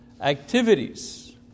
activities